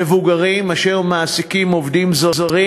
מבוגרים אשר מעסיקים עובדים זרים,